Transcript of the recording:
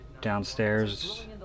Downstairs